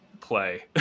play